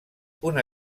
una